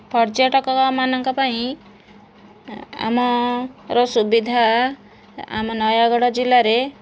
ପର୍ଯ୍ୟଟକ ମାନଙ୍କ ପାଇଁ ଆମର ସୁବିଧା ଆମ ନୟାଗଡ଼ ଜିଲ୍ଲାରେ